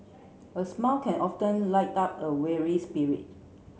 a smile can often up a weary spirit